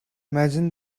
imagine